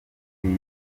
yize